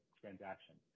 transaction